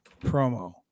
promo